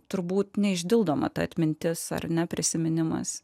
turbūt neišdildomą ta atmintis ar ne prisiminimas